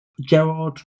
Gerard